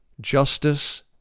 justice